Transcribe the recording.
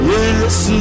Yes